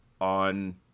on